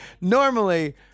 normally